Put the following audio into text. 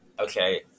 Okay